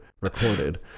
recorded